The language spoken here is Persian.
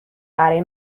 برای